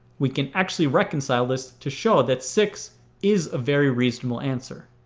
we can actually reconcile this to show that six is a very reasonable answer.